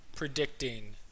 Predicting